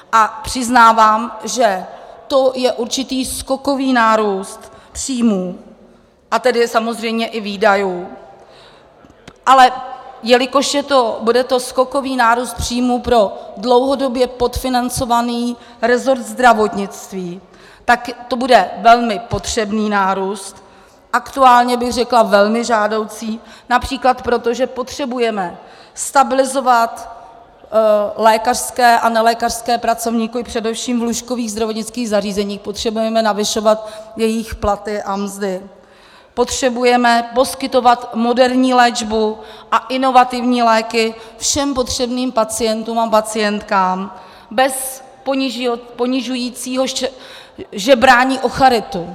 A přiznávám, že to je určitý skokový nárůst příjmů, a tedy samozřejmě i výdajů, ale jelikož to bude skokový nárůst příjmů pro dlouhodobě podfinancovaný resort zdravotnictví, tak to bude velmi potřebný nárůst, aktuálně bych řekla velmi žádoucí například proto, že potřebujeme stabilizovat lékařské a nelékařské pracovníky především v lůžkových zdravotnických zařízeních, potřebujeme navyšovat jejich platy a mzdy, potřebujeme poskytovat moderní léčbu a inovativní léky všem potřebným pacientům a pacientkám bez ponižujícího žebrání o charitu.